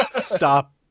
stop